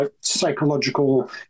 psychological